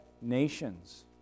nations